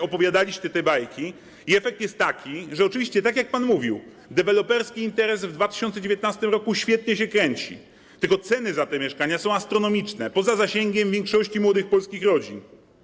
Opowiadaliście bajki, a efekt jest taki, że oczywiście, tak jak pan mówił, deweloperski interes w 2019 r. świetnie się kręci, tylko że ceny za te mieszkania są astronomiczne, poza zasięgiem większości młodych polskich rodzin.